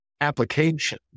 application